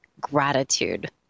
gratitude